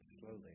slowly